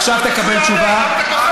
עכשיו תקבל תשובה.